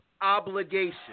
obligation